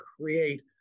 create